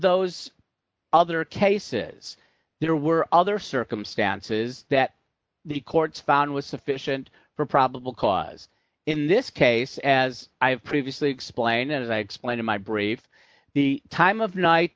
those other cases there were other circumstances that the courts found was sufficient for probable cause in this case as i have previously explained as i explained in my brief the time of night